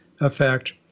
effect